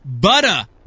butter